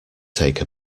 take